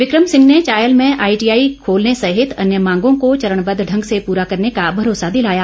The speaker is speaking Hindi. बिक्रम सिंह ने चायल में आईटीआई खोलने सहित अन्य मांगों को चरणबद्व ढंग से पूरा करने का भरोसा दिलाया